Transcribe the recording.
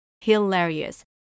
hilarious